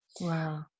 Wow